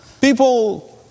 People